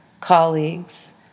colleagues